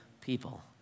people